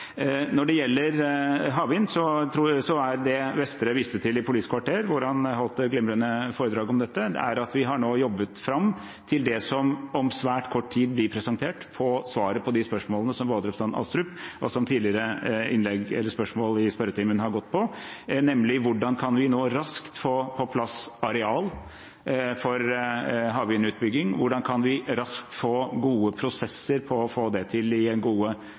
Når det gjelder havvind, er det Vestre viste til i Politisk kvarter – hvor han holdt et glimrende foredrag om dette – at vi nå har jobbet fram til det som om svært kort tid blir presentert som svaret på de spørsmålene som både representanten Astrup og tidligere spørsmål i spørretimen har gått på: Hvordan kan vi nå raskt få på plass areal for havvindutbygging? Hvordan kan vi raskt få gode prosesser på å få det til i gode